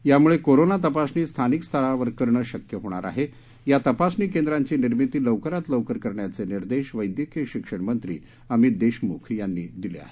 यामुळे कोरोना तपासणी स्थानिक स्तरावर करण शक्य होणार आहे या तपासणी केंद्रांची निर्मिती लवकरात लवकर करण्याचे निर्देश वद्यक्रीय शिक्षणमंत्री अमित देशमुख यांनी दिले आहेत